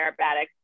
Aerobatics